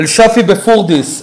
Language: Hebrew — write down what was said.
"אל-שאפי" בפוריידיס,